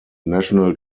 national